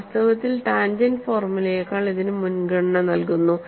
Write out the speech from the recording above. വാസ്തവത്തിൽ ടാൻജെന്റ് ഫോർമുലയേക്കാൾ ഇതിനു മുൻഗണന നൽകുന്നു